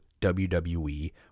WWE